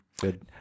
Good